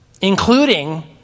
including